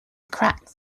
crack